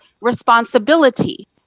responsibility